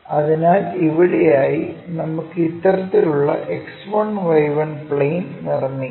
അതിനാൽ ഇവിടെയായി നമുക്ക് ഇത്തരത്തിലുള്ള X1Y1 പ്ലെയിൻ നിർമ്മിക്കാം